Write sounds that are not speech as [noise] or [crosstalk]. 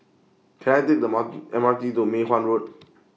Can I Take The Mar [unintelligible] M R T to Mei Hwan Road